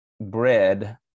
bread